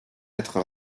être